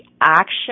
action